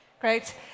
Great